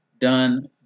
done